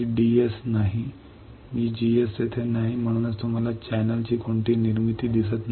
VDS तेथे नाही VGS तेथे नाही म्हणूनच तुम्हाला चॅनेलची कोणतीही निर्मिती दिसत नाही